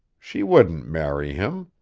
she wouldn't marry him.